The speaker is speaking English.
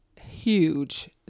huge